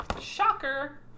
Shocker